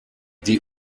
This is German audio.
die